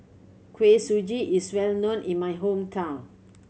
Kuih Suji is well known in my hometown